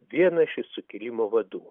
vienas iš sukilimo vadų